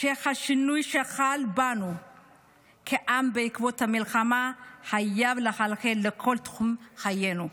שהשינוי שחל בנו כעם בעקבות המלחמה חייב לחלחל לכל תחום בחיינו.